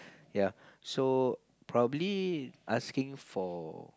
yea so probably asking for